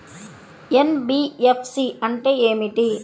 NBFC అంటే ఏమిటి?